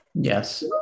Yes